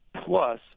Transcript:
Plus